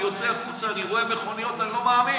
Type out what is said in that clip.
אני יוצא החוצה, אני רואה מכוניות, אני לא מאמין.